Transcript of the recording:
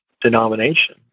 denomination